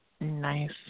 Nice